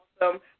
awesome